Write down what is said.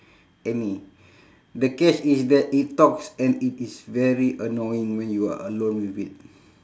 any the catch is that it talks and it is very annoying when you are alone with it